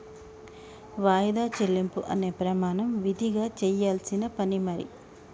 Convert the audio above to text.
వాయిదా చెల్లింపు అనే ప్రమాణం విదిగా చెయ్యాల్సిన పని మరి